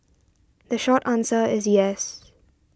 the short answer is yes